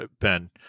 Ben